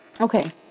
okay